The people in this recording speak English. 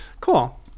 Cool